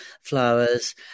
flowers